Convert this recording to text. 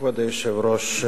כבוד היושב-ראש,